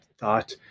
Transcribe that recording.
Thought